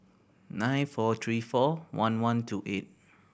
nine four three four one one two eight